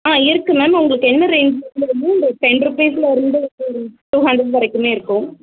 ஆ இருக்குது மேம் உங்களுக்கு என்ன ரேஞ்சில் வந்து வேணும் டென் ருப்பீஸில் இருந்து ஒரு டூ ஹண்ரட் வரைக்குமே இருக்கும்